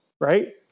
right